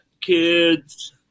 kids